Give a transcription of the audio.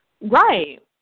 Right